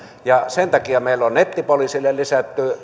sen takia meillä on nettipoliisille lisätty